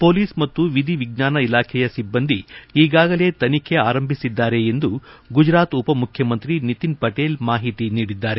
police ಮತ್ತು ವಿಧಿ ವಿಜ್ಞಾನ ಇಲಾಖೆಯ ಸಿಬ್ಲಂದಿ ಈಗಾಗಲೇ ತನಿಖೆ ಆರಂಭಿಸಿದ್ದಾರೆ ಎಂದು ಗುಜರಾತ್ ಉಪಮುಖ್ಯಮಂತ್ರಿ ನಿತಿನ್ ಪಟೇಲ್ ಮಾಹಿತಿ ನೀಡಿದ್ದಾರೆ